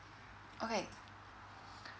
okay